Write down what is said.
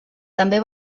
també